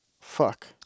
Fuck